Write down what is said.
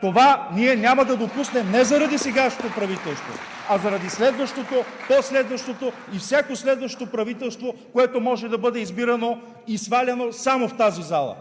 Това ние няма да допуснем не заради сегашното правителство, а заради следващото, по-следващото и всяко следващо правителство, което може да бъде избирано и сваляно само в тази зала,